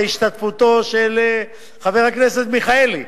בהשתתפותו של חבר הכנסת מיכאלי,